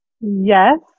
Yes